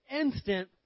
instant